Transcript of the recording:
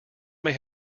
may